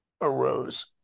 arose